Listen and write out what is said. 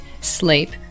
sleep